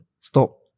Stop